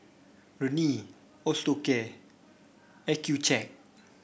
Rene Osteocare Accucheck